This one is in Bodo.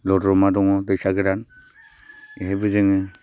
लद्र'मा दङ दैसा गोरान एहायबो जोङो